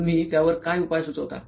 तुम्ही त्यावर काय उपाय सुचवता